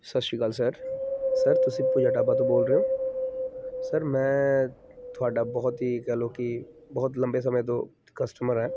ਸਤਿ ਸ਼੍ਰੀ ਅਕਾਲ ਸਰ ਸਰ ਤੁਸੀਂ ਪੂਜਾ ਢਾਬਾ ਤੋਂ ਬੋਲ ਰਹੇ ਹੋ ਸਰ ਮੈਂ ਤੁਹਾਡਾ ਬਹੁਤ ਹੀ ਕਹਿ ਲਓ ਕਿ ਬਹੁਤ ਲੰਬੇ ਸਮੇਂ ਤੋਂ ਕਸਟਮਰ ਹੈ